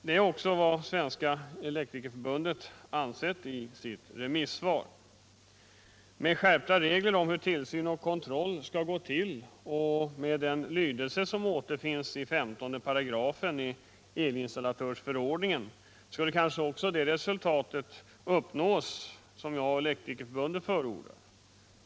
Det är också vad Svenska elektrikerförbundet = elinstallationer ansett i sitt remissvar. Med skärpta regler för hur tillsyn och kontroll skall gå till och med den lydelse som återfinns i 15 § elinstallatörsförordningen skulle kanske det resultat uppnås som jag och Elektrikerförbundet förordat.